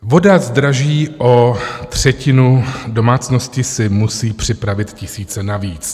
Voda zdraží o třetinu, domácnosti si musí připravit tisíce navíc.